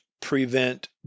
prevent